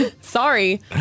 Sorry